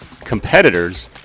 competitors